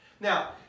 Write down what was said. Now